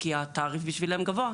כי התעריף בשבילן גבוה,